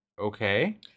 Okay